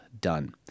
done